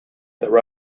their